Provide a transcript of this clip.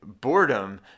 boredom